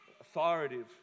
authoritative